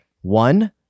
One